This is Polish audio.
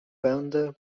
będę